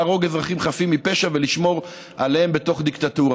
להרוג אזרחים חפים מפשע ולשמור עליהם בתוך דיקטטורה.